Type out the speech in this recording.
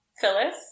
Phyllis